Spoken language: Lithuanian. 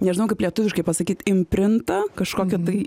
nežinau kaip lietuviškai pasakyt imprintą kažkokią tai